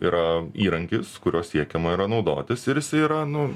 yra įrankis kuriuo siekiama yra naudotis ir jisai yra nu